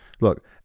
look